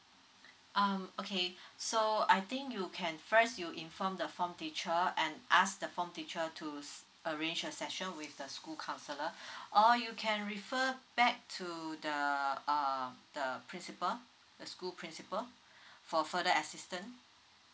um okay so I think you can first you inform the form teacher and ask the form teacher to arrange a session with the school counsellor or you can refer back to the uh the principal the school principal for further assistant